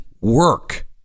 work